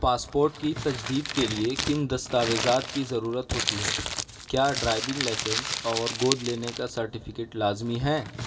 passport کی تجدید کے لیے کن دستاویزات کی ضرورت ہوتی ہے کیا ڈرائیونگ لائسنس اور گود لینے کا سرٹیفکیٹ لازمی ہیں